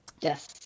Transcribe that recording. Yes